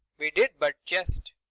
we did but jest.